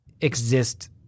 exist